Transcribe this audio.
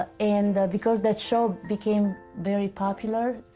ah and because that show became very popular,